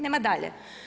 Nema dalje.